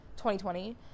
2020